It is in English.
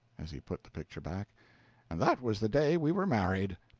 as he put the picture back and that was the day we were married.